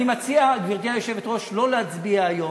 אני מציע, גברתי היושבת-ראש, לא להצביע היום.